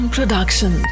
Production